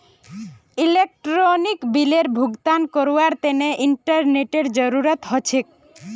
electronic बिलेर भुगतान करवार तने इंटरनेतेर जरूरत ह छेक